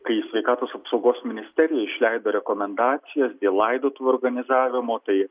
kai sveikatos apsaugos ministerijoj išleido rekomendacijas dėl laidotuvių organizavimo tai